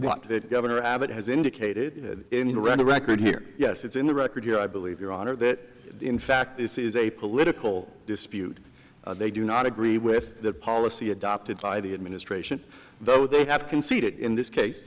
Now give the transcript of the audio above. that governor abbott has indicated in the record here yes it's in the record here i believe your honor that in fact this is a political dispute they do not agree with the policy adopted by the administration though they have conceded in this case